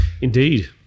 Indeed